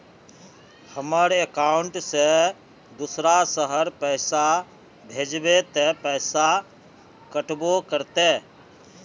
हमर अकाउंट से दूसरा शहर पैसा भेजबे ते पैसा कटबो करते?